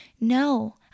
No